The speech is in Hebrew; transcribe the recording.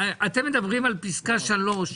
אתם מדברים על פסקה (3).